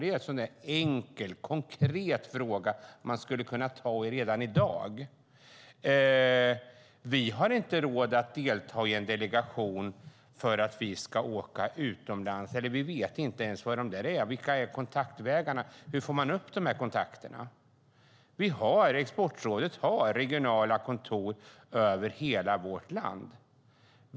Det är en enkel, konkret fråga man skulle kunna ta tag i redan i dag. De säger att de inte har råd att delta i en delegation för att åka utomlands. De vet inte ens vilka kontaktvägarna är utan frågar: Hur får man upp kontakterna? Exportrådet har regionala kontor över hela vårt land.